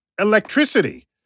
electricity